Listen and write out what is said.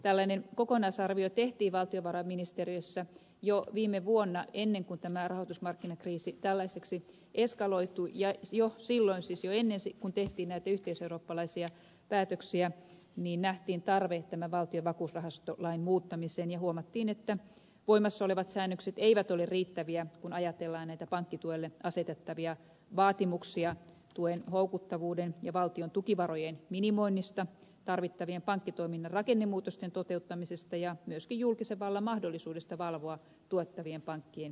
tällainen kokonaisarvio tehtiin valtiovarainministeriössä jo viime vuonna ennen kuin tämä rahoitusmarkkinakriisi tällaiseksi eskaloitui ja jo silloin siis jo ennen kun tehtiin näitä yhteiseurooppalaisia päätöksiä nähtiin tarve tämän valtion vakuusrahastolain muuttamiseen ja huomattiin että voimassa olevat säännökset eivät ole riittäviä kun ajatellaan näitä pankkituelle asetettavia vaatimuksia tuen houkuttavuuden ja valtion tukivarojen minimoinnista tarvittavien pankkitoiminnan rakennemuutosten toteuttamisesta ja myöskin julkisen vallan mahdollisuudesta valvoa tuottavien pankkien tervehdyttämistä